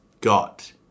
got